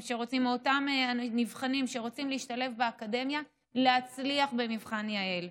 שרוצים להשתלב באקדמיה להצליח במבחן יע"ל,